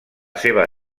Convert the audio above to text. seva